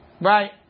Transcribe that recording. Right